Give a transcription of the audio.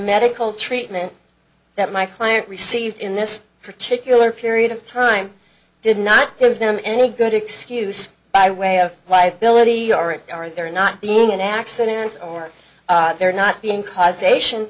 medical treatment that my client received in this particular period of time did not give them any good excuse by way of why billy are they're not being an accident or they're not being cause ation